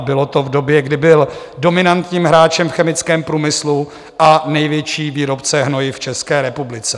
Bylo to v době, kdy byl dominantním hráčem v chemickém průmyslu a největší výrobce hnojiv v České republice.